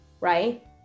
right